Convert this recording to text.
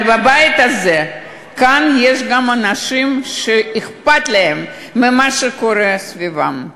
אבל בבית הזה יש גם אנשים שאכפת להם ממה שקורה סביבם.